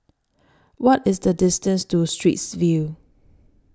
What IS The distance to Straits View